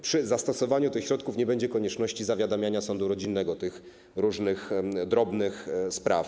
Przy zastosowaniu tych środków nie będzie konieczności zawiadamiania sądu rodzinnego w przypadku tych różnych drobnych spraw.